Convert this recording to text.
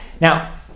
Now